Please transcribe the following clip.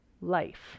life